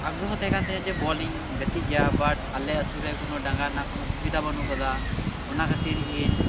ᱟᱜᱨᱦᱚ ᱛᱟᱦᱮᱸᱠᱟᱱ ᱛᱤᱧᱟᱹ ᱡᱮ ᱵᱚᱞᱤᱧ ᱜᱟᱛᱤᱜ ᱜᱮᱭᱟ ᱵᱩᱴ ᱟᱞᱮ ᱟᱛᱩᱨᱮ ᱠᱚᱱᱚ ᱰᱟᱸᱜᱟ ᱨᱮᱱᱟᱜ ᱠᱚᱱᱚ ᱥᱩᱵᱤᱫᱟ ᱵᱟᱹᱱᱩᱜ ᱟᱠᱟᱫᱟ ᱚᱱᱟ ᱠᱷᱟᱹᱛᱤᱨ ᱤᱧ